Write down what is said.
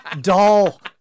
doll